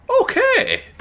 okay